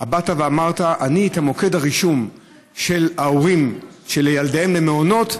באת ואמרת: מוקד הרישום של ההורים שילדיהם במעונות,